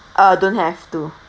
uh don't have to